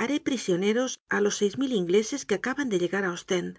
haré prisioneros á los seis mil ingleses que acaban de llegar á ostende